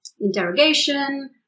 interrogation